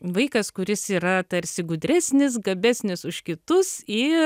vaikas kuris yra tarsi gudresnis gabesnis už kitus ir